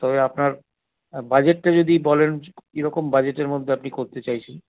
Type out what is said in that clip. তবে আপনার বাজেটটা যদি বলেন কিরকম বাজেটের মধ্যে আপনি করতে চাইছেন